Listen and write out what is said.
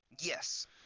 Yes